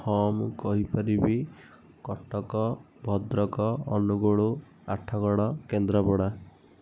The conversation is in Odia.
ହଁ ମୁଁ କହିପାରିବି କଟକ ଭଦ୍ରକ ଅନୁଗୁଳୁ ଆଠଗଡ଼ କେନ୍ଦ୍ରାପଡ଼ା